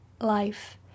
life